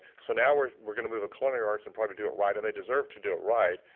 so now we're we're gonna move a culinary arts and probably do it right, and they deserve to do it right,